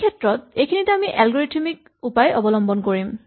এইখিনিতে আমি এলগৰিথমিক উপায় অৱলম্বন কৰিম